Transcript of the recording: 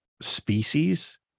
species